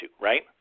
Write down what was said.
right